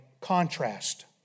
contrast